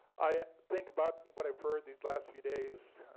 i think about what i've heard these last few days,